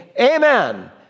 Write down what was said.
amen